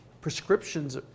prescriptions